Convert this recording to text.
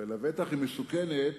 ולבטח היא מסוכנת